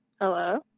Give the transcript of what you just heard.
Hello